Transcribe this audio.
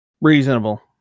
reasonable